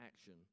action